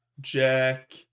Jack